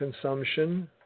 consumption